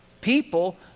people